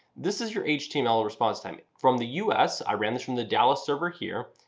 this is your html response time from the u s. i ran this from the dallas server here.